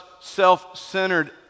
self-centered